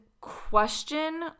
question